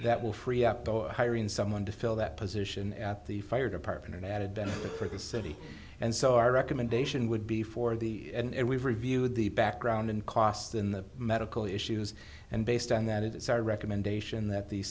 that will free up though hiring someone to fill that position at the fire department an added benefit for the city and so our recommendation would be for the and we've reviewed the background and cost in the medical issues and based on that it is our recommendation that the